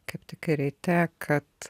kaip tik ryte kad